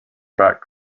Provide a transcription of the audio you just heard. back